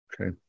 Okay